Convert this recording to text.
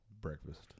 breakfast